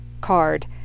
card